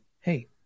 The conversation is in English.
Hey